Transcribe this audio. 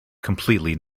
completely